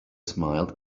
smiled